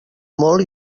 molt